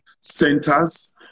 centers